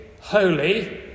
holy